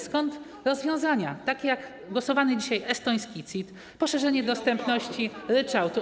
Stąd takie rozwiązania jak głosowany dzisiaj estoński CIT, poszerzenie dostępności ryczałtu.